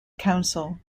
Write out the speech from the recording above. council